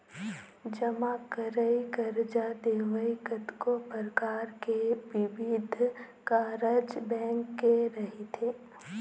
जमा करई, करजा देवई, कतको परकार के बिबिध कारज बेंक के रहिथे